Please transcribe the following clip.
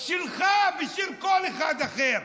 שלך ושל כל אחד אחר,